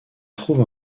trouve